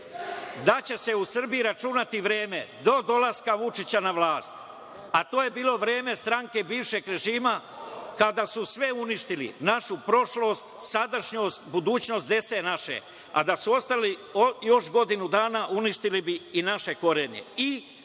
da će se u Srbiji računati vreme do dolaska Vučića na vlast, a to je bilo vreme stranke bivšeg režima kada su sve uništili, našu prošlost, sadašnjost, budućnost naše dece. Da su ostali još godinu dana uništili bi i naše korenje